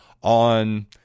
on